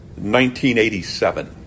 1987